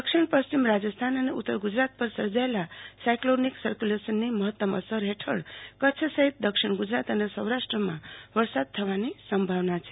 દક્ષિણ પશ્ચિમ રાજસ્થાન અને ઉત્તર ગુજરાત પર સર્જાયેલા સાયકલોનિક સરકયુલેશનની મહત્તમ અસર હેઠળ કચ્છ સહિત દક્ષિણ ગુજરાત અને સૌરાષ્ટ્રમાં વરસાદ થવાની સંભાવના છે